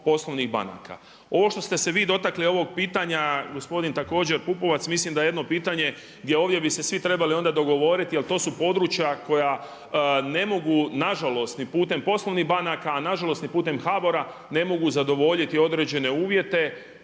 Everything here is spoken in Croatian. Ovo što ste se vi dotakli ovog pitanja gospodin također Pupovac mislim da je jedno pitanje gdje ovdje bi se svi trebali onda dogovoriti jer to su područja koja ne mogu nažalost ni putem poslovnih banaka a nažalost ni putem HBOR-a ne mogu zadovoljiti određene uvjete